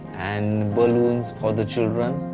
and balloons for the children.